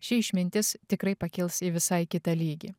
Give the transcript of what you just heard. ši išmintis tikrai pakils į visai kitą lygį